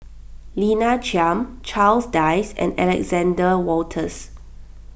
Lina Chiam Charles Dyce and Alexander Wolters